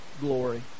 glory